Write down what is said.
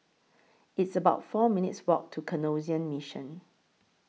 It's about four minutes' Walk to Canossian Mission